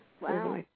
Wow